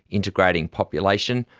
integrating population,